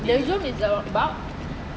the zoom is about